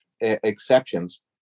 exceptions